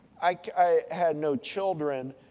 i had no children,